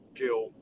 kill